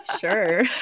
sure